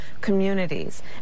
communities